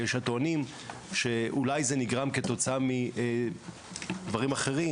כי יש הטוענים כי אולי זה נגרם כתוצאה מדברים אחרים,